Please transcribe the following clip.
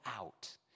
out